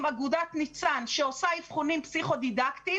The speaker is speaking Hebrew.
אגודת ניצ"ן שעושה אבחונים פסיכו-דידקטיים